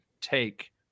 take